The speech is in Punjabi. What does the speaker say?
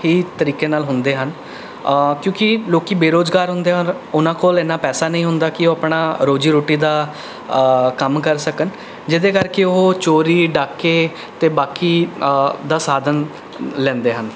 ਹੀ ਤਰੀਕੇ ਨਾਲ ਹੁੰਦੇ ਹਨ ਕਿਉਂਕਿ ਲੋਕ ਬੇਰੁਜ਼ਗਾਰ ਹੁੰਦੇ ਹਨ ਉਹਨਾਂ ਕੋਲ ਇੰਨਾ ਪੈਸਾ ਨਹੀਂ ਹੁੰਦਾ ਕਿ ਉਹ ਆਪਣਾ ਰੋਜ਼ੀ ਰੋਟੀ ਦਾ ਕੰਮ ਕਰ ਸਕਣ ਜਿਹਦੇ ਕਰਕੇ ਉਹ ਚੋਰੀ ਡਾਕੇ ਅਤੇ ਬਾਕੀ ਦਾ ਸਾਧਨ ਲੈਂਦੇ ਹਨ